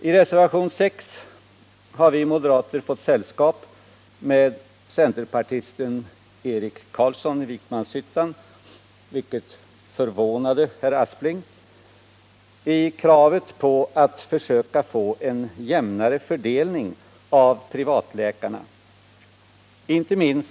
I reservation 6 har vi moderater fått sällskap med centerpartisten Eric Carlsson i Vikmanshyttan — vilket förvånade herr Aspling — i kravet på att försöka få en jämnare fördelning i fråga om privatläkarnas etablering.